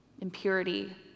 impurity